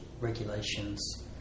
regulations